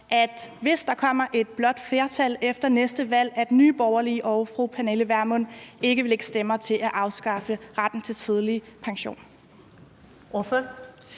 at hvis der kommer et blåt flertal efter næste valg, så vil Nye Borgerlige og fru Pernille Vermund ikke lægge stemmer til at afskaffe retten til tidlig pension.